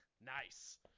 Nice